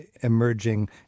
emerging